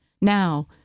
Now